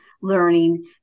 learning